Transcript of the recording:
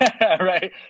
Right